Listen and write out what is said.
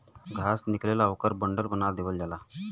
घास निकलेला ओकर बंडल बना देवल जाला